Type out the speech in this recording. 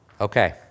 Okay